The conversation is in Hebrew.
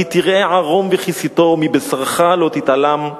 כי תראה ערום וכיסיתו ומבשרך לא תתעלם.